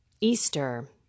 Easter